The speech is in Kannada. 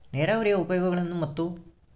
ನೇರಾವರಿಯ ಉಪಯೋಗಗಳನ್ನು ಮತ್ತು?